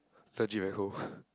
legit very cold